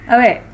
Okay